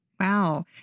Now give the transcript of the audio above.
Wow